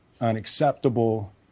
unacceptable